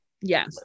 Yes